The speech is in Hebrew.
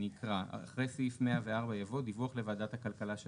אחרי סעיף 104 יבוא: "104א.דיווח לוועדת הכלכלה של